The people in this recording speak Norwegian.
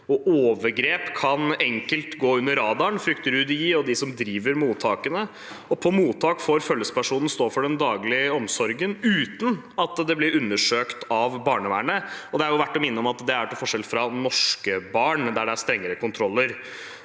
Overgrep kan enkelt gå under radaren, frykter UDI og de som driver mottakene. På mottak får følgepersonen stå for den daglige omsorgen uten at det blir undersøkt av barnevernet. Det er verdt å minne om at dette er til forskjell fra norske barn, der det er strengere kontroller.